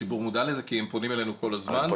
הציבור מודע לזה כי הם פונים אלינו כל הזמן.